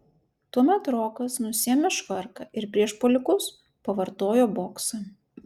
tuomet rokas nusiėmė švarką ir prieš puolikus pavartojo boksą